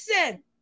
Listen